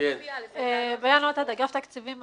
זה לא כתב תביעה, אבל יש התייחסות משפטית.